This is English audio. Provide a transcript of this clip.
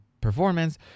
performance